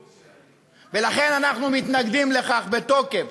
ולכן, אנחנו מתנגדים בתוקף